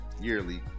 yearly